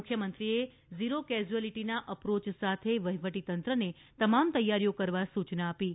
મુખ્યમંત્રીએ ઝીરો કેઝ્યુઆલીટીના એપ્રોય સાથે વહીવટીતંત્રને તમામ તૈયારીઓ કરવા સૂચના આપી છે